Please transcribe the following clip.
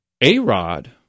A-Rod